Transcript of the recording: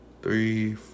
three